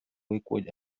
liquid